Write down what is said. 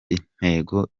intego